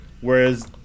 whereas